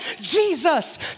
jesus